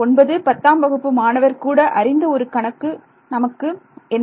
ஒன்பது பத்தாம் வகுப்பு மாணவர் கூட அறிந்த ஒரு கணக்கு நமக்கு என்ன